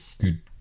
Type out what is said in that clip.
good